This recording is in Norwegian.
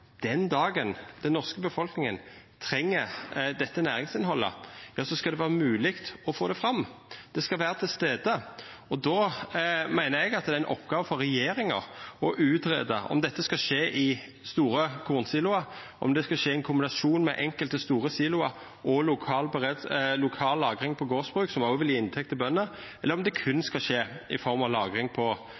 den dagen den norske befolkninga treng dette næringsinnhaldet, skal det vera mogleg å få det fram, det skal vera til stades. Eg meiner at det er ei oppgåve for regjeringa å greia ut om dette skal skje i store kornsiloar, om det skal skje i ein kombinasjon med enkelte store siloar og lokal lagring på gardsbruk, som òg vil gje inntekt til bøndene, eller om det berre skal skje i form av lagring på